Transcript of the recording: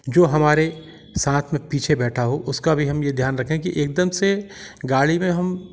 जो हमारे साथ में पीछे बैठा हो उसका भी हम ये ध्यान रखें कि एकदम से गाड़ी में हम